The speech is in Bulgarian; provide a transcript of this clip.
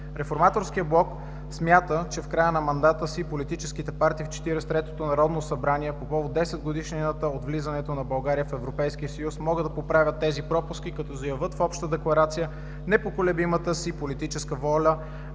Реформаторският блок смята, че в края на мандата си политическите партии в 43-то Народно събрание по повод 10-годишнината от влизането на България в Европейския съюз могат да поправят тези пропуски като заявят в обща декларация непоколебимата си политическа воля